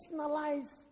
personalize